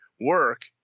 work